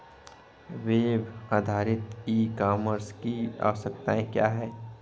Web आधारित e commerce की आवश्यकता क्या है?